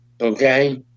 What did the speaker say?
Okay